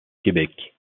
québec